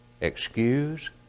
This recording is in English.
Excuse